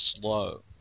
slow